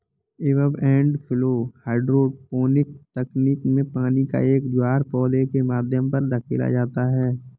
ebb and flow hydroponic तकनीक में पानी का एक ज्वार पौधे के माध्यम पर धकेला जाता है